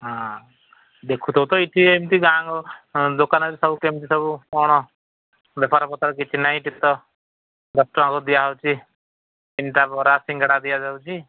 ହଁ ଦେଖୁଥିବ ତ ଏଠି ଏମିତି ଗାଁ ଦୋକାନରେ ସବୁ କେମିତି କରିବୁ କ'ଣ ବେପାର ପତ୍ର କିଛି ନାଇଁ ସେଠି ତ ଦଶ ଟଙ୍କାକୁ ଦିଆ ହେଉଛି ତିନିଟା ବରା ସିଙ୍ଗଡ଼ା ଦିଆ ଯାଉଛି